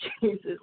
Jesus